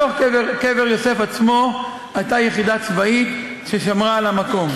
בתוך קבר יוסף עצמו הייתה יחידה צבאית ששמרה על המקום.